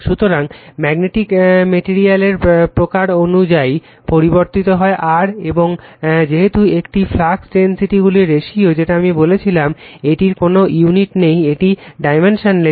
সুতরাং ম্যাগনেটিক মেটেরিয়ালের প্রকার অনুযাই পরিবর্তিত হয় r এবং যেহেতু এটি ফ্লাক্স ডেনসিটিগুলির রেশিও যেটা আমি বলেছিলাম এটির কোনো ইউনিট নেই এটি ডাইমেনশনলেস